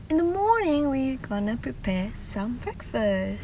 in the morning we going to prepare some breakfast